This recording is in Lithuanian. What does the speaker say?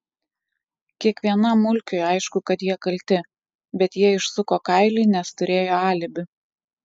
kiekvienam mulkiui aišku kad jie kalti bet jie išsuko kailį nes turėjo alibi